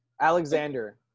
alexander